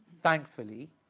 thankfully